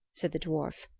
said the dwarf.